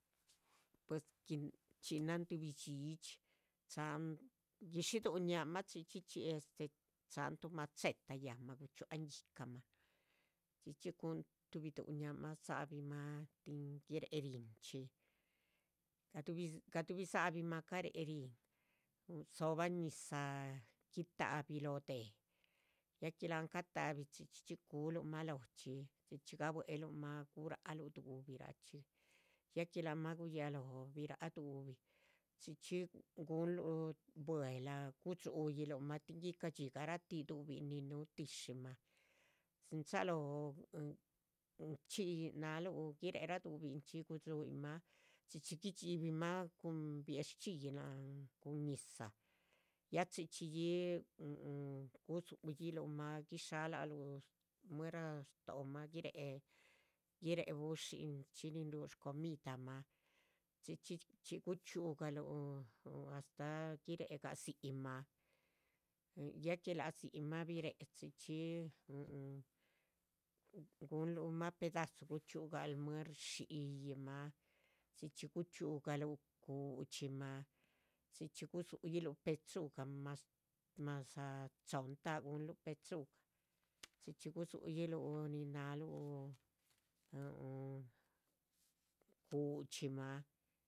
Pues chhxinán tuhbi dhxídhxi cha´han, guidxidúuc ñáhma chxí chxí chxí de, cháhan tuh macheta yanhma, guchxúa han yíhcamah, chxí chxí chxí cuhn tuhbi dúuc. ñáhma dza´bih tin guire´ ríhinchxi, gadubih, gadubih dza´bimah caréc, ríhin dzobah ñizah para guita´bih lóh déh ya que láhan cata´bih chxí chxí cu´luh mah. lochxí chxí chxí gabue´luh ma, gura´c luh dúhubihraa chxí ya que ahma guyáh loho biráac dúhubih chxí chxí gunluh bue´lah, gudxu´yiluh mah tin. guica´dxí garatíh dúhubin nin núh tíshimah chin chalóoh nin náluh guirep raa dúhubin chxí mah, chxí chxí guidxibimah cun bie´shchxíyih. cun ñizah ya chxí chxí yih, mhuhu gudzu´yihluh mah, guisha´laluh muera stóomah giréhc, giréhc bu´shin chxí nin riú shcomidamah chxí chxí guchxíugaluh. mhu astáh giréc gah dzi´c mah, mhu ya que lác dzi´c mah biréhc chxí chxí mmhu, gunluh mah pedazo guchxiu gal muer shi´yih mah chxí chxí guchxíu galuh. cudxí mah, chxí chxí gudzu´yiluh pechuga mas, madza chohnn- ta´gunluh pechuga chxí chxí gudzu´yiluhn lóh nin náhluh huhu cudxí mah.